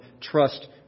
trust